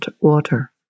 water